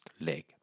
leg